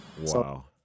wow